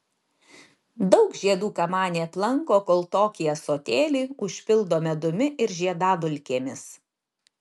daug žiedų kamanė aplanko kol tokį ąsotėlį užpildo medumi ir žiedadulkėmis